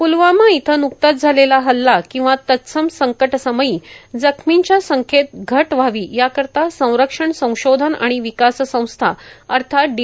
प्लवामा इथं न्कत्याच झालेला हल्ला किंवा तत्सम संकटसमयी जखर्मींच्या संख्येत घट व्हावी याकरिता संरक्षण संशोधन आणि विकास संस्था अर्थात डी